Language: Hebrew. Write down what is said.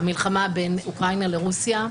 המלחמה בין אוקראינה לרוסיה,